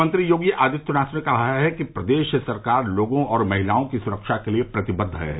मुख्यमंत्री योगी आदित्यनाथ ने कहा है कि प्रदेश सरकार लोगों और महिलाओं की सुरक्षा के लिये प्रतिबद्व है